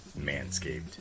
Manscaped